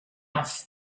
off